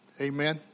Amen